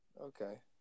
Okay